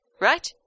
Right